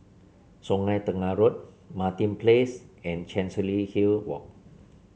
Sungei Tengah Road Martin Place and Chancery Hill Walk